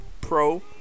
Pro